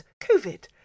Covid